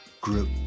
group